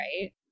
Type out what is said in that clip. right